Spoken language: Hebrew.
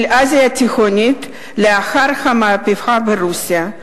של אסיה התיכונה לאחר המהפכה ברוסיה.